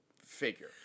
figure